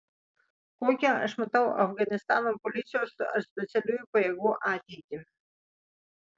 kokią aš matau afganistano policijos ar specialiųjų pajėgų ateitį